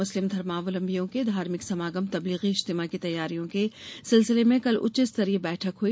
मुस्लिम धर्मावलंबियों के धार्मिक समागम तब्लीगी इज्तिमा की तैयारियों के सिलसिले में कल उच्च स्तरीय बैठक हुई